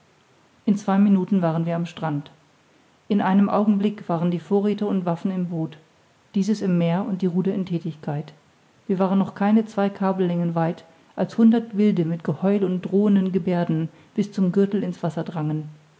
in zwei minuten waren wir am strand in einem augenblick waren die vorräthe und waffen im boot dieses im meer und die ruder in thätigkeit wir waren noch keine zwei kabellängen weit als hundert wilde mit geheul und drohenden geberden bis zum gürtel in's wasser drangen